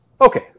Okay